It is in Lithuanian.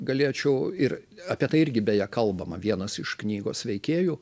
galėčiau ir apie tai irgi beje kalbama vienas iš knygos veikėjų